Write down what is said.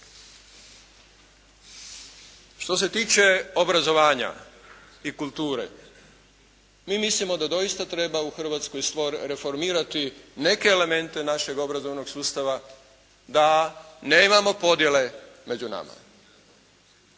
Što se tiče obrazovanja i kulture mi mislimo da doista treba u Hrvatskoj reformirati neke elemente našeg obrazovnog sustava da nemamo podjele među nama.